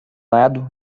lado